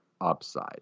upside